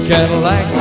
Cadillac